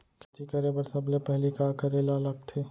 खेती करे बर सबले पहिली का करे ला लगथे?